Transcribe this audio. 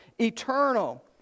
Eternal